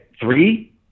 Three